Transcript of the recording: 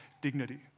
dignity